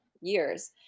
years